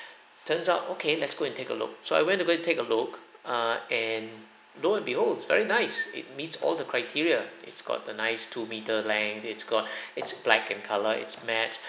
turns out okay let's go and take a look so I went to go and take a look err and lo and behold it's very nice it meets all the criteria it's got a nice two-meter length it's got it's black in colour it's matte